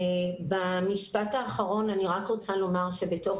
במשפט האחרון אני רוצה לומר שבתוך